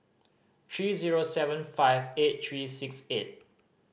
three zero seven five eight three six eight